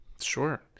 Sure